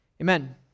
Amen